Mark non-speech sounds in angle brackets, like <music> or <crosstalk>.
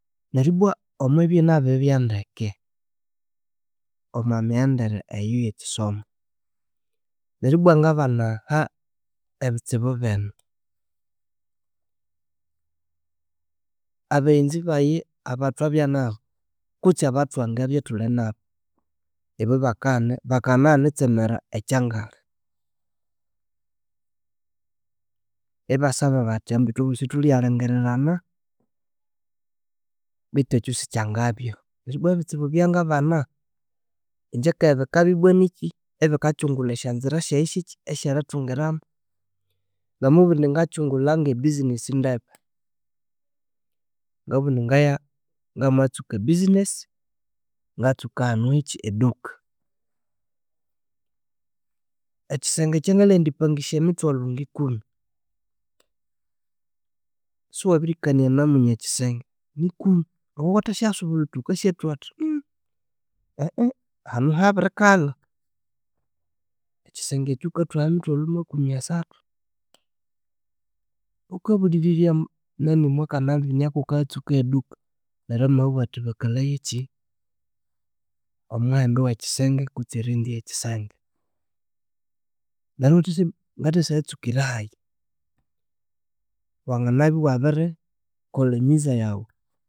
Neryu bwa omwibya ngabiribya ndeke, omwa miyendereyo eyakyisomo, neryu bwa ngabana ebitsibu bino, abaghenzibaye abathwabyanabo kutsi abathwangabya ithuninabo, ibobakaghana banganaghana eritsemera ekyangalhi ibasababathi ambu ithwabosi thulyalingirirana bethu ekyo sikyangabya, neryo ibwa ebitsibu ebyangabana ingyekabikabya inikyi ebikagyungulha esyazira syayi syekyi esyerithungiramu namabuwa indi ngakyungulhange business ndebe, ngabughindi ngaye namatsuka ebusiness ngatsuka hanu ekyi eduka ekyisenge ekyangalyendi pangisya emithwalhu ngikumi siwabirikania na munye kyisenge nikumi wuka iwukathasyasubulha wuthe wukasyathuha athi <hesitation> hanu habirikalha ekyisenge ekyo wukathuha mithwalhu makumi asathu wukabulilirya ambu nani mwakanamiya kuwukayatsuka heduka neryo amayabugha athi bakalayekyi omuhendo owekisenge kutsi erent eyekisenge neryo iwathasyabu, ngathasyatsukirahayi wanganabya iwabirikolha emiza yawu